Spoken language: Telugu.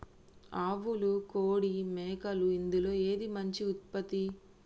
ఆవులు కోడి మేకలు ఇందులో ఏది మంచి ఉత్పత్తి?